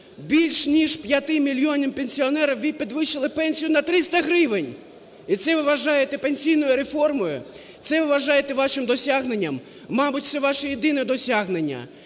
більш ніж 5 мільйонам пенсіонерів ви підвищили пенсію на 300 гривень. І це ви вважаєте пенсіонною реформою? Це ви вважаєте вашим досягненням? Мабуть, це ваше єдине досягнення,